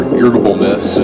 irritableness